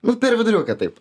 nu per viduriuką taip